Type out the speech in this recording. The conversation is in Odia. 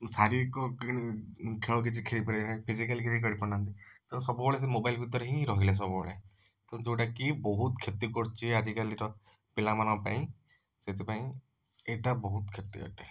ଶାରୀରିକ ଖେଳ କିଛି ଖେଳି ପାରିବେନି ଫିଜିକାଲ କିଛି ଖେଳି ପାରୁନାହାଁନ୍ତି ତ ସବୁବେଳେ ସେ ମୋବାଇଲ ଭିତରରେ ହିଁ ରହିଲେ ସବୁବେଳେ ତ ଯେଉଁଟା କି ବହୁତ କ୍ଷତି କରୁଛି ଆଜିକାଲି ର ପିଲାମାନଙ୍କ ପାଇଁ ସେଥିପାଇଁ ଏଇଟା ବହୁତ କ୍ଷତି ଅଟେ